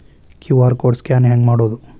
QR code scan ಹೆಂಗ್ ಮಾಡೋದು?